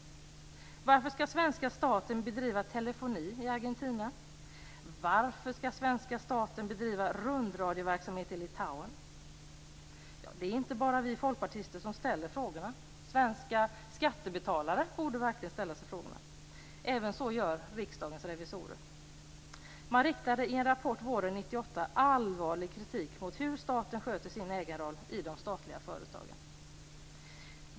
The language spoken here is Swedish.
Varför skall svenska staten bedriva telefoni i Argentina? Varför skall svenska staten bedriva rundradioverksamhet i Litauen? Det är inte bara vi folkpartister som ställer frågorna. Svenska skattebetalare borde verkligen ställa sig dessa frågor. Riksdagens revisorer gör så. Man riktade i en rapport våren 1998 allvarlig kritik mot hur staten sköter sin ägarroll i de statliga företagen.